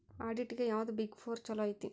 ಆಡಿಟ್ಗೆ ಯಾವ್ದ್ big four ಚಲೊಐತಿ?